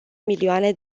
milioane